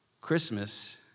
Christmas